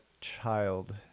child